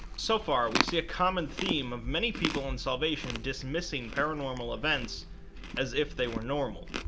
so far we see a common theme of many people in salvation dismissing paranormal events as if they were normal.